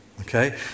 okay